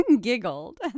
giggled